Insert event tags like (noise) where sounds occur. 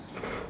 (noise)